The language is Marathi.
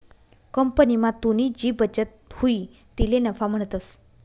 कंपनीमा तुनी जी बचत हुई तिले नफा म्हणतंस